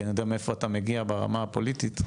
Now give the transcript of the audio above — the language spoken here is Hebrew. כי אני יודע מאיפה אתה מגיע ברמה הפוליטית,